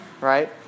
Right